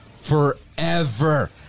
forever